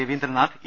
Ravindranath E